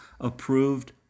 approved